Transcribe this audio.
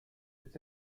its